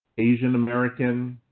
asian american,